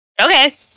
Okay